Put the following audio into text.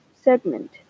segment